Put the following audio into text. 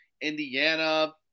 Indiana